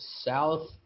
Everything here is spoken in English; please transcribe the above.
South